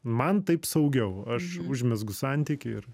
man taip saugiau aš užmezgu santykį ir